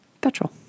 petrol